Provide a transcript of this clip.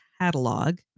catalog